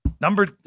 number